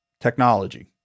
technology